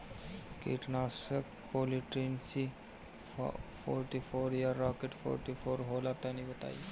कीटनाशक Polytrin C forty four या Rocket forty four होला तनि बताई?